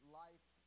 life